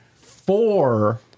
four